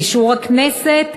באישור הכנסת,